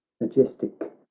majestic